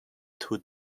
two